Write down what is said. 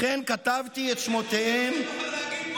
לכן כתבתי את שמותיהם, זה מה שאתה בוחר להגיד פה?